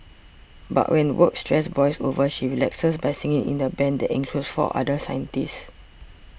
but when work stress boils over she relaxes by singing in a band that includes four other scientists